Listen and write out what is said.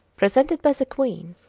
presented by the queen,